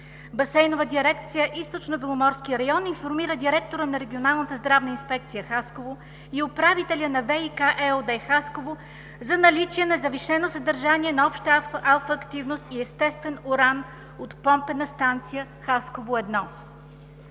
Басейнова дирекция „Източно Беломорски район“ информира директора на Регионалната здравна инспекция – Хасково, и управителя на ВиК ЕОД – Хасково, за наличие на завишено съдържание на обща алфа активност и естествен уран от Помпена станция „Хасково –